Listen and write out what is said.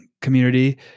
community